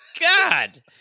God